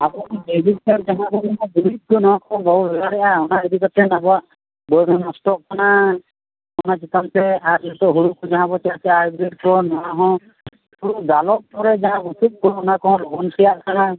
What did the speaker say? ᱵᱮᱵᱚᱦᱟᱨᱮᱫᱼᱟ ᱚᱱᱟ ᱤᱫᱤ ᱠᱟᱛᱮᱫ ᱟᱵᱚᱣᱟᱜ ᱵᱟᱹᱫᱽ ᱦᱚᱸ ᱱᱚᱥᱴᱚᱜ ᱠᱟᱱᱟ ᱚᱱᱟ ᱪᱮᱛᱟᱱᱛᱮ ᱟᱨ ᱱᱤᱛᱚᱜᱼᱢᱟ ᱦᱳᱲᱳ ᱠᱚ ᱡᱟᱦᱟᱸ ᱵᱚ ᱪᱟᱥᱟ ᱦᱟᱭᱵᱨᱤᱰ ᱥᱮ ᱱᱚᱣᱟ ᱦᱚᱸ ᱦᱳᱲᱳ ᱫᱟᱞᱚᱜ ᱯᱚᱨᱮ ᱡᱟᱦᱟᱸ ᱵᱩᱥᱩᱵ ᱠᱚ ᱚᱱᱟ ᱠᱚᱦᱚᱸ ᱞᱚᱜᱚᱱ ᱥᱮᱭᱟᱜ ᱠᱟᱱᱟ